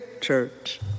church